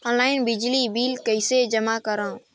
Online बिजली bill कइसे जमा करव?